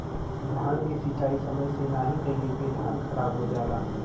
धान के सिंचाई समय से नाहीं कइले पे धान खराब हो जाला